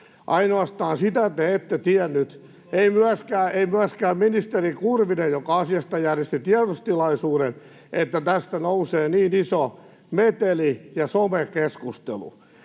Ainoastaan sitä te ette tienneet — ei myöskään ministeri Kurvinen, joka asiasta järjesti tiedotustilaisuuden — että tästä nousee niin iso meteli ja somekeskustelu.